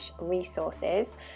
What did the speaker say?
resources